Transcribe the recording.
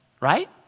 Right